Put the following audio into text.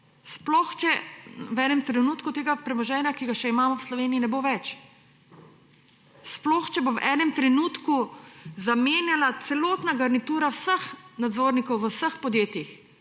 sploh če v enem trenutku tega premoženja, ki ga še imamo v Sloveniji, ne bo več. Sploh, če bo v enem trenutku zamenjana(?) celotna garnitura vseh nadzornikov v vseh podjetjih,